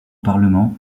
parlement